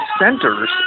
centers